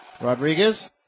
Rodriguez